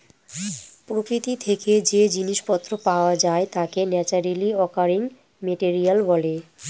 প্রকৃতি থেকে যে জিনিস পত্র পাওয়া যায় তাকে ন্যাচারালি অকারিং মেটেরিয়াল বলে